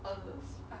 all those